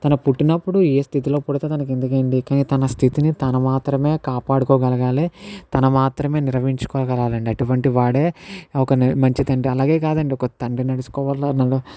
తన పుట్టినప్పుడు ఏ స్థితిలో పుడితే తనకు ఎందుకండి తన స్థితిని తను మాత్రమే కాపాడుకోగలగాలి తను మాత్రమే నిర్వహించుకోగలగాలి అటువంటి వాడే ఒక మంచి తండ్రి అలాగే కాదండి ఒక తండ్రి నడుచుకో వలనలో